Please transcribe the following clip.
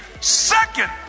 second